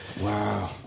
Wow